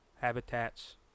habitats